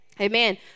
Amen